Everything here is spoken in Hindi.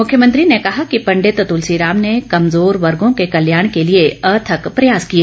मुख्यमंत्री ने कहा कि पंडित तुलसी राम ने कमजोर वर्गो के कल्याण के लिए अथक प्रयास किए